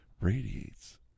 radiates